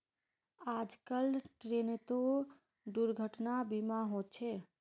आजकल ट्रेनतो दुर्घटना बीमा होचे